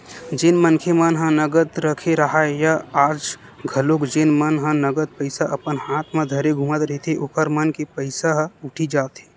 जेन मनखे मन ह नगद रखे राहय या आज घलोक जेन मन ह नगद पइसा अपन हात म धरे घूमत रहिथे ओखर मन के पइसा ह उठी जाथे